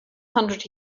hundred